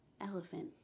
elephant